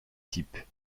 type